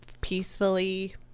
peacefully